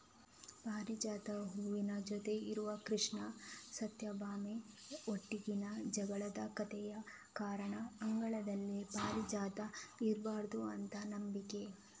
ಪಾರಿಜಾತದ ಹೂವಿನ ಜೊತೆ ಇರುವ ಕೃಷ್ಣ ಸತ್ಯಭಾಮೆ ಒಟ್ಟಿಗಿನ ಜಗಳದ ಕಥೆಯ ಕಾರಣ ಅಂಗಳದಲ್ಲಿ ಪಾರಿಜಾತ ಇರ್ಬಾರ್ದು ಅಂತ ನಂಬಿಕೆ